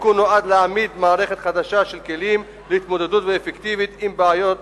התיקון נועד להעמיד מערכת חדשה של כלים להתמודדות אפקטיבית עם בעיות